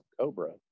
cobra